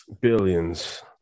Billions